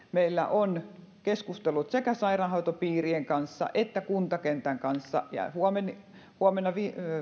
meillä on keskustelut sekä sairaanhoitopiirien kanssa että kuntakentän kanssa ja seuraavaksi huomenna